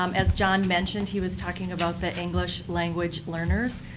um as john mentioned, he was talking about the english language learners,